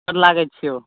गोर लगैत छियौ